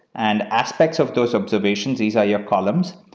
and aspects of those observations, these are your problems,